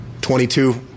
22